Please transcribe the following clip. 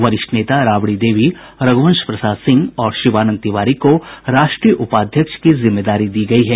वरिष्ठ नेता राबड़ी देवी रघ्रवंश प्रसाद सिंह और शिवानंद तिवारी को राष्ट्रीय उपाध्यक्ष की जिम्मेदारी दी गयी है